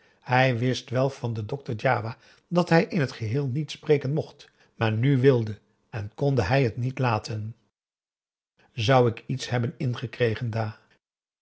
hij wist wel van den dokter djawa dat hij in t geheel niet spreken mocht maar nu wilde en kon hij t niet laten zou ik iets hebben ingekregen dah